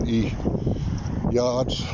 yards